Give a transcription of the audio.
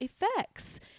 effects